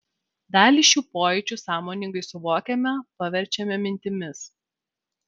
dalį šių pojūčių sąmoningai suvokiame paverčiame mintimis